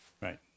right